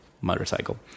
motorcycle